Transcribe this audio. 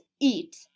Eat